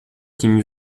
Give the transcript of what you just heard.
kim